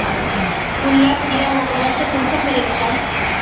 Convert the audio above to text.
फूल लाक कीड़ा मकोड़ा से कुंसम करे बचाम?